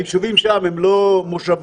היישובים שם הם לא מושבות